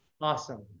Awesome